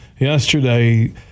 yesterday